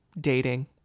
dating